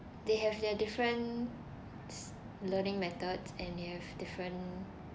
they have their different learning methods and they have different